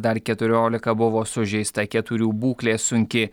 dar keturiolika buvo sužeista keturių būklė sunki